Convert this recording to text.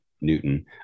Newton